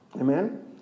amen